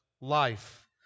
life